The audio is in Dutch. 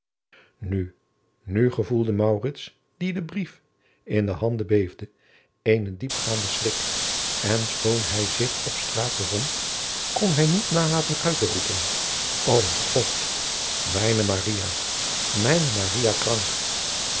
nu nu gevoelde maurits dien de brief in de handen beefde eenen diepgaanden schrik en schoon hij zich op straat bevond kon hij niet nalaten uit te roepen o god mijne maria mijne maria krank